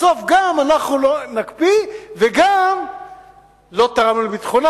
בסוף גם נקפיא וגם לא תרמנו לביטחונה,